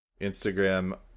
Instagram